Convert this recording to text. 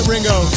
Ringo